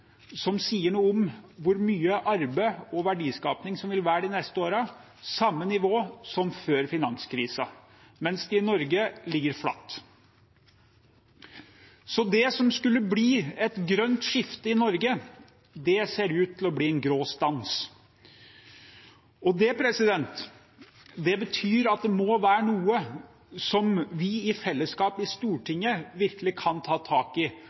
som sier noe om hvor mye arbeid og verdiskaping det vil være de neste årene – som før finanskrisen, mens det i Norge ligger flatt. Så det som skulle bli et grønt skifte i Norge, ser ut til å bli en grå stans. Det betyr at dette må være noe som vi i fellesskap i Stortinget virkelig kan ta tak i,